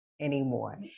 anymore